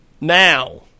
Now